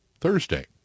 Thursday